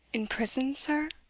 in prison, sir?